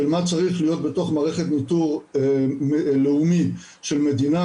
מה צריך להיות בתוך מערכת ניטור לאומית של מדינה,